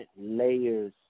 layers